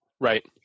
Right